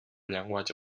llenguatge